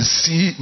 see